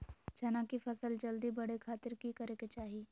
चना की फसल जल्दी बड़े खातिर की करे के चाही?